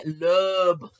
love